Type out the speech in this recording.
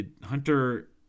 Hunter